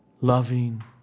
loving